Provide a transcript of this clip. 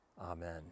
Amen